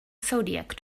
zodiac